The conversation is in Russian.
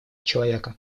человека